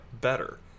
better